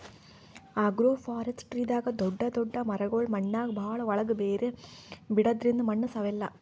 ಅಗ್ರೋಫಾರೆಸ್ಟ್ರಿದಾಗ್ ದೊಡ್ಡ್ ದೊಡ್ಡ್ ಮರಗೊಳ್ ಮಣ್ಣಾಗ್ ಭಾಳ್ ಒಳ್ಗ್ ಬೇರ್ ಬಿಡದ್ರಿಂದ್ ಮಣ್ಣ್ ಸವೆಲ್ಲಾ